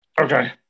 okay